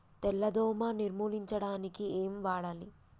తెల్ల దోమ నిర్ములించడానికి ఏం వాడాలి?